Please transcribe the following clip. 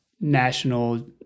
national